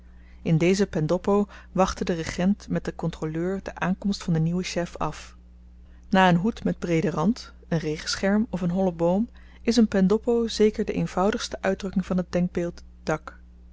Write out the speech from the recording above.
in deze pendoppo wachtte de regent met den kontroleur de aankomst van den nieuwen chef af na een hoed met breeden rand een regenscherm of een hollen boom is een pendoppo zeker de eenvoudigste uitdrukking van het denkbeeld dak